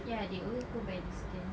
ya they always go by distance